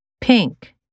Pink